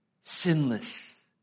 sinless